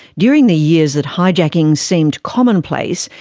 during the years that hijackings seemed commonplace,